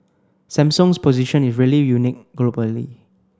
Samsung's position is really unique globally